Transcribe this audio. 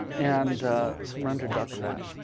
and some rendered duck fat.